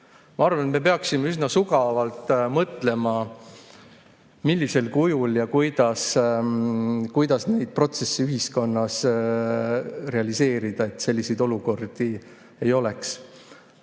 Ma arvan, et me peaksime üsna sügavalt mõtlema, millisel kujul ja kuidas neid protsesse ühiskonnas realiseerida, et selliseid olukordi ei oleks.